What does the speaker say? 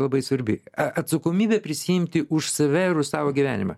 labai svarbi a atsakomybę prisiimti už save ir už savo gyvenimą